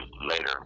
later